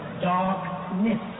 darkness